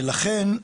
ולכן,